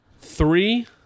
Three